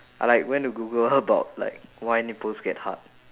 I like went to google about like why nipples get hard